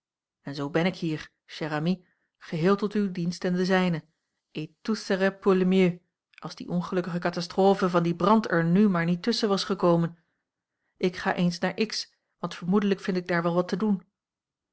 en zoo ben ik hier chère amie geheel tot uw dienst en den zijnen et tout serait pour le mieux als die ongelukkige catastrophe van dien brand er n maar niet tusschen was gekomen ik ga eens naar x want vermoedelijk vind ik daar wel wat te doen